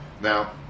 Now